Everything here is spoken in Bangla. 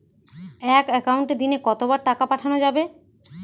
এক একাউন্টে দিনে কতবার টাকা পাঠানো যাবে?